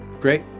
great